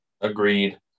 Agreed